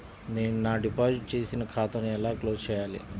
నేను నా డిపాజిట్ చేసిన ఖాతాను ఎలా క్లోజ్ చేయాలి?